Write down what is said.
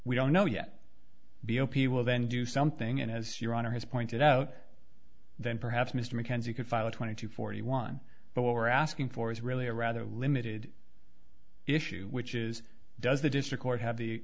we don't know yet the opi will then do something and as your honor has pointed out then perhaps mr mckenzie could file a twenty to forty one but what we're asking for is really a rather limited issue which is does the district court have the